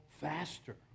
faster